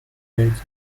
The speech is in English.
wage